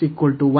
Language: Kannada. ಮತ್ತು ನಾವು ಈ